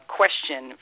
question